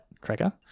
Cracker